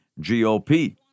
GOP